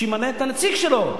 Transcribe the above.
שימנה את הנציג שלו,